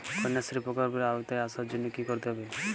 কন্যাশ্রী প্রকল্পের আওতায় আসার জন্য কী করতে হবে?